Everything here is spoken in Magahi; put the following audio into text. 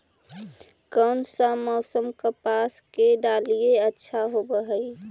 कोन सा मोसम कपास के डालीय अच्छा होबहय?